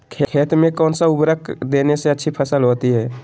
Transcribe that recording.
खेत में कौन सा उर्वरक देने से अच्छी फसल होती है?